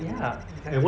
ya exactly